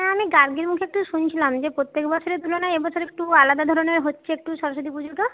হ্যাঁ আমি গার্গীর মুখের থেকে শুনছিলাম যে প্রত্যেক বছরের তুলনায় এ বছরে একটু আলাদা ধরনের হচ্ছে একটু সরস্বতী পুজোটা